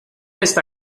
está